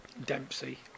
Dempsey